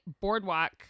boardwalk